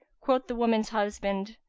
quoth the woman's husband,